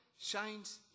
shines